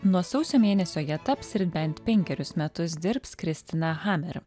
nuo sausio mėnesio ja taps ir bent penkerius metus dirbs kristina hummer